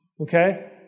okay